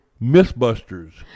Mythbusters